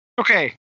okay